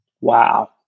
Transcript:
Wow